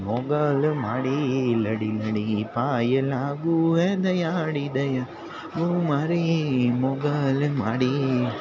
મોગલ માડી લળી લળી પાય લાગુ હે દયાળી દયા માંગું ઓ મારી મોગલ માડી